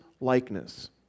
likeness